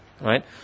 Right